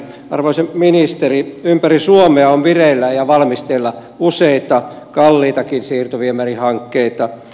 arvoisa ministeri ympäri suomea on vireillä ja valmisteilla useita kalliitakin siirtoviemärihankkeita